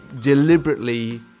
deliberately